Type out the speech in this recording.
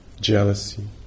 jealousy